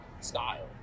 style